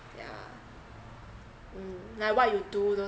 yeah mm like what you do